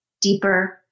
deeper